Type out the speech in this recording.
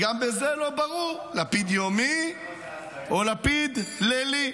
גם בזה לא ברור, לפיד יומי או לפיד לילי.